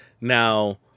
Now